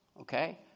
okay